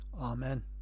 Amen